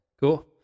Cool